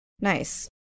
Nice